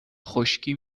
خشکی